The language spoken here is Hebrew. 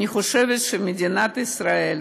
אני חושבת שמדינת ישראל,